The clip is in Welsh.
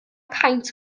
paent